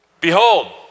Behold